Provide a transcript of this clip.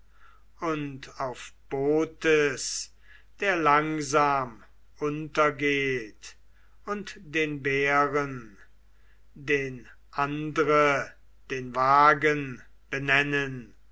und auf bootes der langsam untergeht und den bären den andre den wagen benennen